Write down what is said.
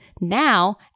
now